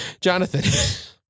Jonathan